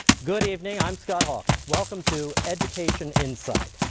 good evening, i'm scott hawkins. welcome to education insight.